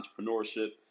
entrepreneurship